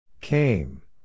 Came